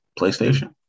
PlayStation